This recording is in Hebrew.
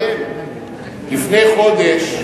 לפני חודש,